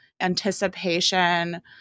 anticipation